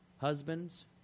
husbands